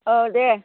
औ दे